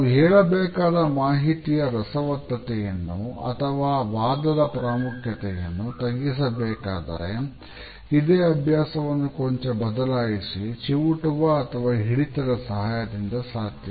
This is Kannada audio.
ನಾವು ಹೇಳಬೇಕಾದ ಮಾಹಿತಿಯ ರಸವತ್ತತೆಯನ್ನು ಅಥವಾ ವಾದದ ಪ್ರಾಮುಖ್ಯತೆಯನ್ನು ತಗ್ಗಿಸಬೇಕಾದರೆ ಇದೇ ಅಭ್ಯಾಸವನ್ನು ಕೊಂಚ ಬದಲಾಯಿಸಿ ಚಿವುಟುವ ಅಥವಾ ಹಿಡಿತದ ಸಹಾಯದಿಂದ ಸಾಧ್ಯ